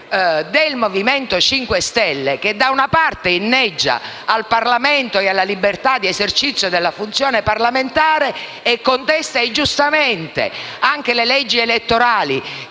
del Movimento 5 Stelle, che da una parte inneggia al Parlamento e alla libertà di esercizio della funzione parlamentare e contesta giustamente anche le leggi elettorali,